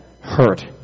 hurt